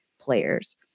players